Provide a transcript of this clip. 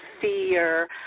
fear